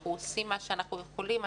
אנחנו עושים מה שאנחנו יכולים.